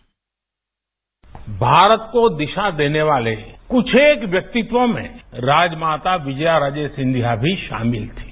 bite Bharat को दिशा देने वाले कुछेक व्यक्तित्वों में राजमाता विजयाराजे सिंधिया भी शामिल थीं